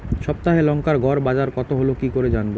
সপ্তাহে লংকার গড় বাজার কতো হলো কীকরে জানবো?